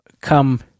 come